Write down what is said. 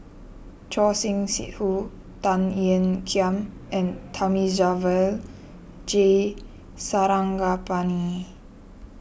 Choor Singh Sidhu Tan Ean Kiam and Thamizhavel G Sarangapani